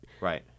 Right